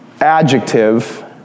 adjective